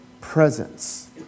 presence